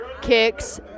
kicks